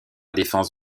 défense